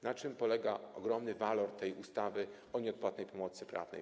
Na czym polega ogromny walor tej ustawy o nieodpłatnej pomocy prawnej?